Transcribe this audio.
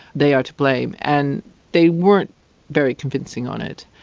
they are to blame, and they weren't very convincing on it.